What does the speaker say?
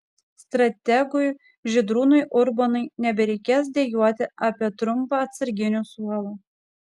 strategui žydrūnui urbonui nebereikės dejuoti apie trumpą atsarginių suolą